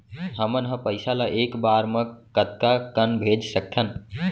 हमन ह पइसा ला एक बार मा कतका कन भेज सकथन?